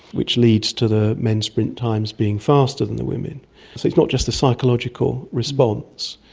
which leads to the men's sprint times being faster than the women. so it's not just the psychological response.